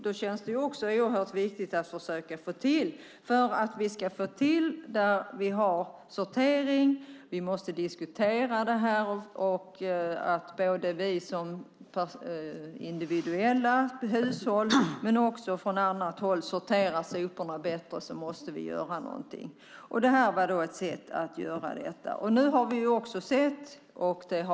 Då kändes det också oerhört viktigt att försöka få till att vi som individuella hushåll, men också från annat håll, kunde sortera soporna bättre. Vi måste göra någonting, och detta var ett sätt att göra detta.